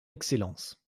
excellence